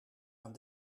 aan